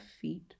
feet